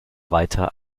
weiter